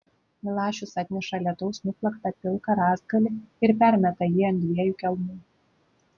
milašius atneša lietaus nuplaktą pilką rąstgalį ir permeta jį ant dviejų kelmų